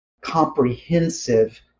comprehensive